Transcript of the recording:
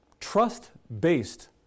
trust-based